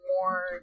more